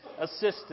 assistance